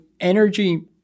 Energy